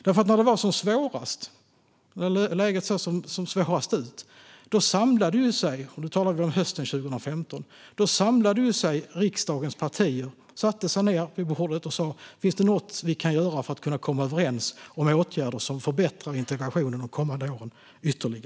När läget såg som svårast ut - nu talar vi om hösten 2015 - samlade sig riksdagens partier. De satte sig ned vid bordet och sa: "Finns det något vi kan göra för att kunna komma överens om åtgärder som ytterligare förbättrar integrationen de kommande åren?"